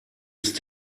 ist